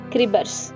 Cribbers